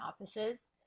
offices